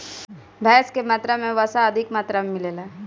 भैस के दूध में वसा अधिका मात्रा में मिलेला